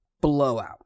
blowout